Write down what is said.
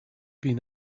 been